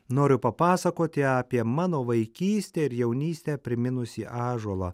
noriu papasakoti apie mano vaikystę ir jaunystę priminusį ąžuolą